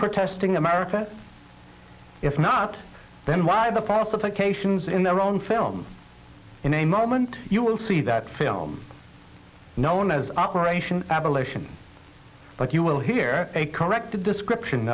protesting america if not then why the process i cations in their own films in a moment you will see that film known as operation abolition but you will hear a corrected description